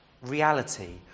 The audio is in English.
reality